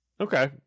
okay